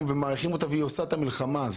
מעריכים אותה והיא עושה את המלחמה על